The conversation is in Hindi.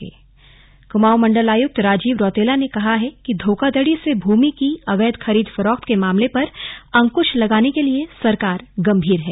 स्लग कुमाऊं मंडल आयुक्त कुमाऊं मंडल आयुक्त राजीव रौतेला ने कहा है कि धोखाधड़ी से भूमि की अवैध खरीद फरोख्त के मामलों पर अंकृश लगाने के लिए सरकार गंभीर है